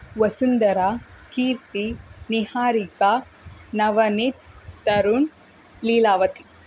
Vasundhara Keerti Niharika Navneet Tarun Leelavathi